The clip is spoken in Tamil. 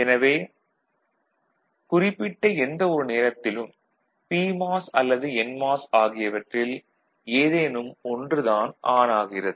எனவே குறிப்பிட்ட எந்த ஒரு நேரத்திலும் பிமாஸ் அல்லது என்மாஸ் ஆகியவற்றில் எதேனும் ஒன்று தான் ஆன் ஆகிறது